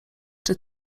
czy